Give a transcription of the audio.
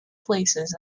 places